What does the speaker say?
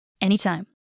anytime